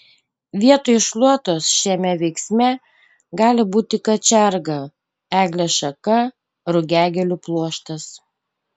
vietoj šluotos šiame veiksme gali būti kačerga eglės šaka rugiagėlių pluoštas